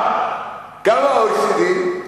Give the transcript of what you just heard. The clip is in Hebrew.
כמה ה-OECD?